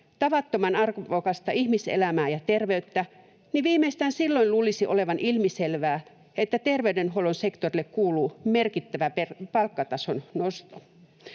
tavattoman arvokasta ihmiselämää ja terveyttä — niin viimeistään silloin luulisi olevan ilmiselvää, että terveydenhuollon sektorille kuuluu merkittävä palkkatason nosto.